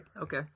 Okay